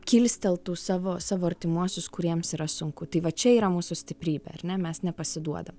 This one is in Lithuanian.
kilsteltų savo savo artimuosius kuriems yra sunku tai va čia yra mūsų stiprybė ar ne mes nepasiduodam